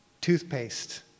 toothpaste